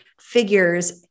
figures